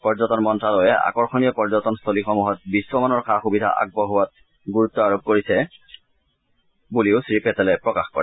পৰ্যটন মন্ত্যালয়ে আকৰ্ষণীয় পৰ্যটন স্থলীসমূহত বিধ মানৰ সা সুবিধা আগবঢ়োৱাত গুৰুত্ব আৰোপ কৰিছে বুলিও শ্ৰীপেটেলে প্ৰকাশ কৰে